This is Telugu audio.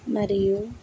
మరియు